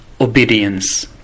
obedience